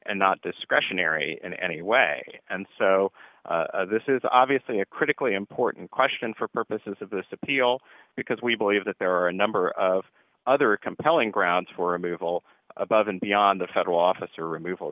and not discretionary in any way and so this is obviously a critically important question for purposes of this appeal because we believe that there are a number of other compelling grounds for a move all above and beyond the federal officer removal